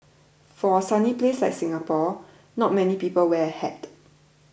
for a sunny place like Singapore not many people wear a hat